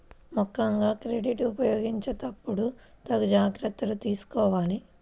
ముక్కెంగా క్రెడిట్ ఉపయోగించేటప్పుడు తగు జాగర్తలు తీసుకోవాలి